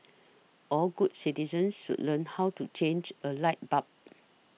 all good citizens should learn how to change a light bulb